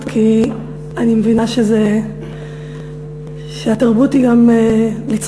כי אני מבינה שהתרבות היא גם לצעוק,